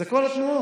זה כל התנועות.